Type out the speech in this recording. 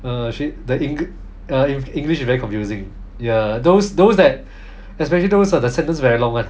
a she very the english err the english is very confusing ya those those that especially those err the sentence very long [one]